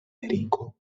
ameriko